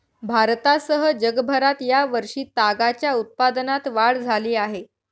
भारतासह जगभरात या वर्षी तागाच्या उत्पादनात वाढ झाली आहे